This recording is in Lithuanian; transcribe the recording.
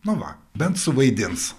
na va bent suvaidins